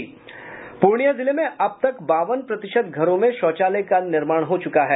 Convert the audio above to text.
पूर्णिया जिले में अब तक बावन प्रतिशत घरों में शौचालय का निर्माण हो चूका है